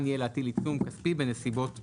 יהיה להטיל עיצום כספי בנסיבות מחמירות.